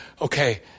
Okay